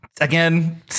Again